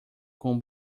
com